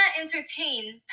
entertain